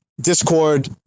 discord